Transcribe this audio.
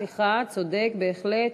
סליחה, סליחה, צודק בהחלט.